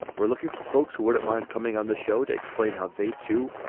we're looking for folks who wouldn't mind coming on the show to explain how they, too,